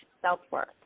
self-worth